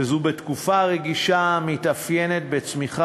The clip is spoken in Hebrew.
וזאת בתקופה רגישה המתאפיינת בצמיחה